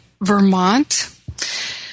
Vermont